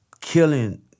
killing